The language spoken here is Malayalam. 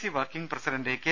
സിവർക്കിംഗ് പ്രസിഡന്റ് റകെ